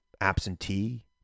absentee